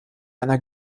einer